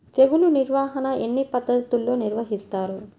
తెగులు నిర్వాహణ ఎన్ని పద్ధతుల్లో నిర్వహిస్తారు?